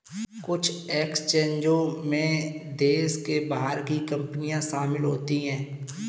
कुछ एक्सचेंजों में देश के बाहर की कंपनियां शामिल होती हैं